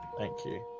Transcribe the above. thank you.